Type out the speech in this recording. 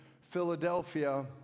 Philadelphia